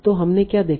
तो हमने क्या देखा